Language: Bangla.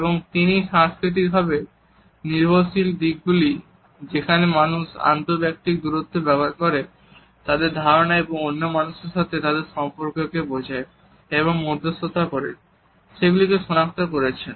এবং তিনি সাংস্কৃতিকভাবে নির্ভরশীল দিক গুলি যেখানে মানুষ আন্তঃব্যক্তিক দূরত্ব ব্যবহার করে তাদের ধারণা এবং অন্য মানুষের সাথে তাদের সম্পর্ককে বোঝে এবং মধ্যস্থতা করে সেগুলি শনাক্ত করেছেন